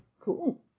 Cool